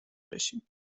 بشیم